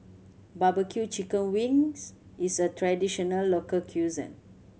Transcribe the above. barbecue chicken wings is a traditional local cuisine